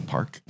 Park